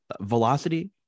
velocity